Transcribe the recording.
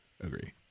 agree